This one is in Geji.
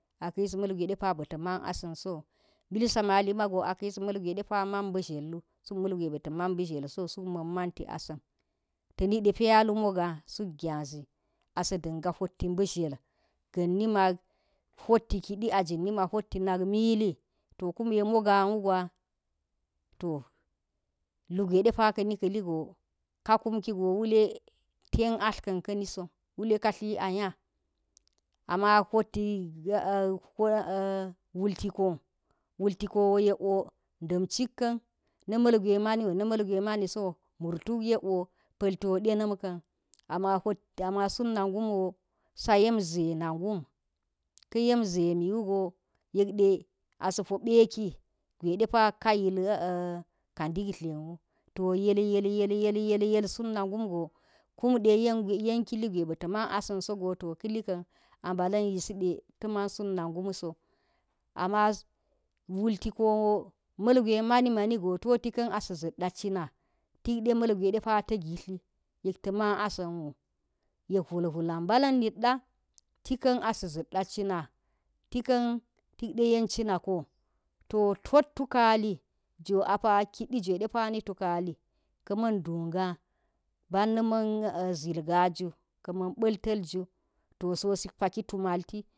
A ka̱ yis ma̱lgwe de ba̱ ta̱ man asa̱n sowu, milsa mali mango a ka̱ yis malgwe de a ta man mba̱ztile wu suk malgwe ba̱ ta mma̱n mba̱zhlw sowu suk mma̱n manti asan ta̱ nide pyahu mooga suk gyazi asa̱ danga hot mba̱ zhle ga̱n nima hoti kidi a ga̱n mima hoti nak mili to kume mogo wugwa toh ilgwe depaa ka̱ni ka̱ligo ka kumki go wule tan atl kan ka̱i so, wule ka tli a nya ama hot ko, wulti ko wo yek o ndam chik kan na mal gwa maniu na malawe ma wo denam kan, ama sut na gum wo sayan ze na gumm ka̱yem zeh mi wu go yek de asa̱ po peki gwe ddepa ka yil ka ndictlen go vel yel yel sut na gum go kumde yen go yenkili gwe ba̱ ta̱ man asin so go to kali ka̱n a mbalan yiside ta̱ man sin sut nagum so, am ma wulti ko wo mal gwe mani mani go to ti ka̱n a sa zat a cina tik de mal gwe depa ta̱ git li yet ta ma̱n a sa̱n wo yek hwol hw lulan ba̱lan nit a̱a tikan de yen cina ko to tok kalli jo a pa kidijwe de pa ni tukali ka man nduga̱ barna man zil ga ka̱ man ban tal ju to so sik paki tu malti